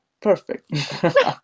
perfect